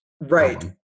Right